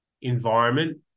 environment